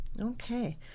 Okay